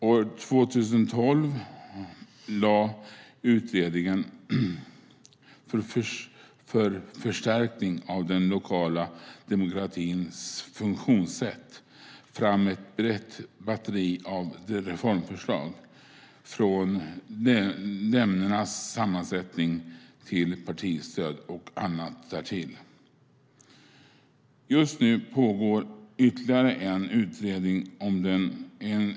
År 2012 lade utredningen för förstärkning av den lokala demokratins funktionssätt fram ett brett batteri av reformförslag, från nämndernas sammansättning till partistöd och annat därtill. Just nu pågår ytterligare en utredning.